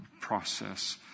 process